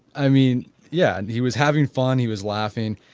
i mean yeah, and he was having fun, he was laughing,